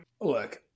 look